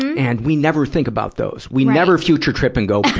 and we never think about those. we never future trip and go, boy,